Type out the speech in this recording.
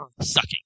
sucking